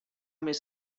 més